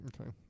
Okay